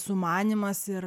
sumanymas ir